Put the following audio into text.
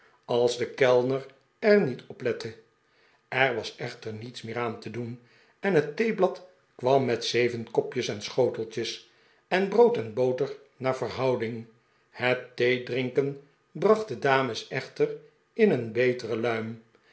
als de kellner er niet op lette er was echter niets meer aan te doen en het theeblad kwam met zeven kopjes en schoteltjes en brood en boter naar verhouding het theedrinken bracht de dames echter in een betere luim